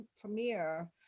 premiere